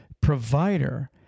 provider